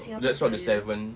that's not the seven